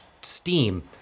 steam